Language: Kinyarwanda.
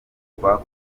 hitwa